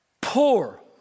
Poor